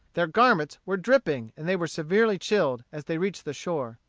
their garments were dripping and they were severely chilled as they reached the shore.